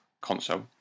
console